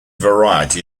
variety